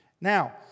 Now